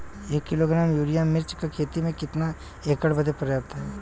एक kilogram urea मिर्च क खेती में कितना एकड़ बदे पर्याप्त ह?